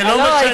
זה לא משנה.